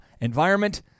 environment